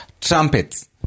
trumpets